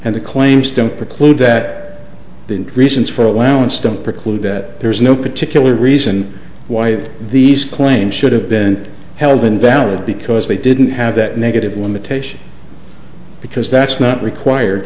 and the claims don't preclude that the reasons for allowance don't preclude that there's no particular reason why these claims should have been held invalid because they didn't have that negative limitation because that's not required